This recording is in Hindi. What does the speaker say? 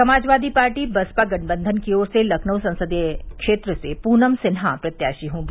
समाजवादी पार्टी बसपा गठबन्धन की ओर से लखनऊ संसदीय क्षेत्र से पूनम सिन्हा प्रत्याशी होंगी